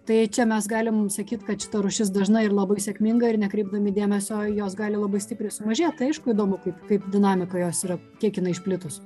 tai čia mes galim sakyt kad šita rūšis dažna ir labai sėkminga ir nekreipdami dėmesio į jos gali labai stipriai sumažėt tai aišku įdomu kaip kaip dinamika jos yra kiek jinai išplitus